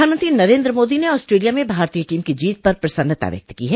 प्रधानमंत्री नरेन्द्र मोदी ने ऑस्ट्रेलिया में भारतीय टीम की जीत पर प्रसन्नता व्यक्त की है